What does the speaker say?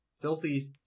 filthy